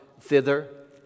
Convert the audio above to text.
thither